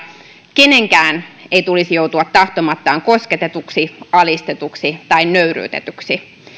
kenenkään ei tulisi joutua tahtomattaan kosketetuksi alistetuksi tai nöyryytetyksi